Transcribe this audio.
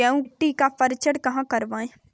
मिट्टी का परीक्षण कहाँ करवाएँ?